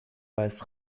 weiß